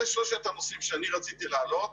זה שלושת הנושאים שאני רציתי להעלות,